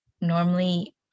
normally